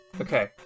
Okay